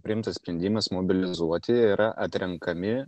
priimtas sprendimas mobilizuoti yra atrenkami